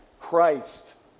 Christ